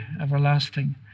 everlasting